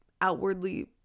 outwardly